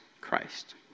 Christ